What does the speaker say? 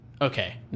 okay